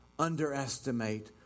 underestimate